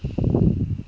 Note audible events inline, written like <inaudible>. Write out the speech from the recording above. <noise>